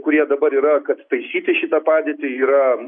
kurie dabar yra kad taisyti šitą padėtį yra